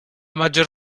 maggior